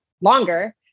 longer